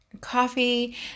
coffee